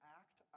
act